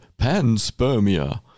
panspermia